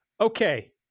Okay